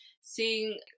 seeing